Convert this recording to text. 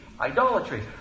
Idolatry